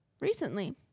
Recently